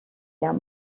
guerre